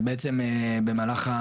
אז בעצם, במהלך,